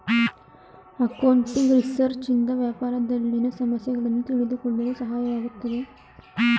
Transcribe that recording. accounting research ಇಂದ ವ್ಯಾಪಾರದಲ್ಲಿನ ಸಮಸ್ಯೆಗಳನ್ನು ತಿಳಿದುಕೊಳ್ಳಲು ಸಹಾಯವಾಗುತ್ತದೆ